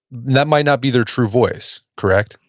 that might not be their true voice, correct?